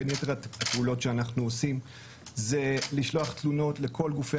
בין יתר הפעולות שאנחנו עושים זה לשלוח תלונות לכל גופי